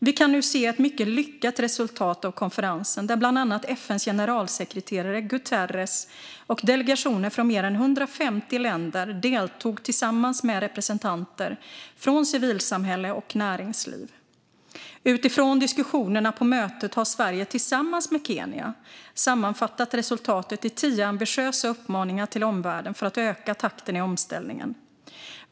Vi kan nu se ett mycket lyckat resultat av konferensen, där bland annat FN:s generalsekreterare Guterres och delegationer från mer än 150 länder deltog tillsammans med representanter från civilsamhälle och näringsliv. Utifrån diskussionerna på mötet har Sverige tillsammans med Kenya sammanfattat resultatet i tio ambitiösa uppmaningar till omvärlden för att öka takten i omställningen.